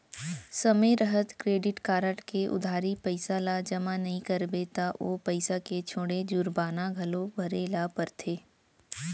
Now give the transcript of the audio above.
समे रहत credit card के उधारी पइसा ल जमा नइ करबे त ओ पइसा के छोड़े जुरबाना घलौ भरे ल परथे